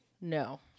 No